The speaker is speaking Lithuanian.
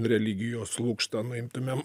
religijos lukštą nuimtumėm